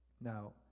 Now